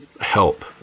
help